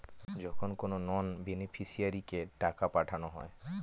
যখন কোনো নন বেনিফিশিয়ারিকে টাকা পাঠানো হয়